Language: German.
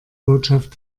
botschaft